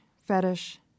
fetish